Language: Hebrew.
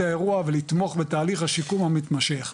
האירוע ולתמוך בתהליך השיקום המתמשך,